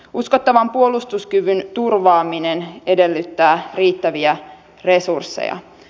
uskottavan puolustuskyvyn turvaaminen edellyttää riittäviä resursseja